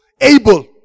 able